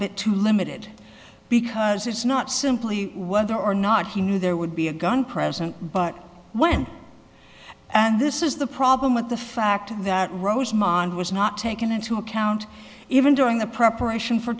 bit too limited because it's not simply wonder or not he knew there would be a gun present but when and this is the problem with the fact that rosemont was not taken into account even during the preparation for